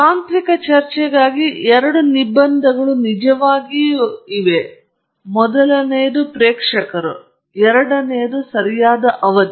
ತಾಂತ್ರಿಕ ಚರ್ಚೆಗಾಗಿ ಎರಡು ನಿರ್ಬಂಧಗಳು ನಿಜವಾಗಿಯೂ ಇವೆ ಮೊದಲನೇ ಪ್ರೇಕ್ಷಕರು ಮತ್ತು ಎರಡನೆಯದು ಸರಿ ಅವಧಿ